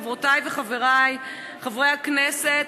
חברותי וחברי חברי הכנסת,